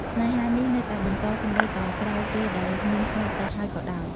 ស្នេហានេះនៅតែបន្តសូម្បីតែក្រោយពេលដែលនាងស្លាប់ទៅហើយក៏ដោយ ។